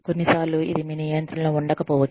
కొన్నిసార్లు ఇది మీ నియంత్రణలో ఉండకపోవచ్చు